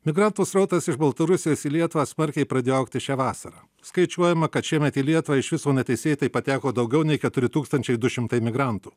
migrantų srautas iš baltarusijos į lietuvą smarkiai pradėjo augti šią vasarą skaičiuojama kad šiemet į lietuvą iš viso neteisėtai pateko daugiau nei keturi tūkstančiai du šimtai migrantų